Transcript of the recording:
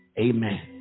amen